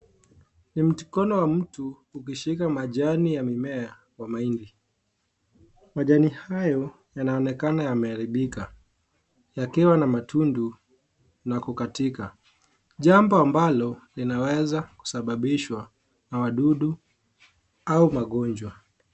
Ni mkono wa mtu ukishika majani ya mmea wa mahindi. Majani hayo yanaonekana yameharibika yakiwa na matundu na kukatika. Jambo ambalo linaweza kusababishwa na wadudu au magonjwa.